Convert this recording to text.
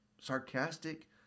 sarcastic